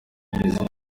brezil